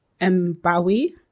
Mbawi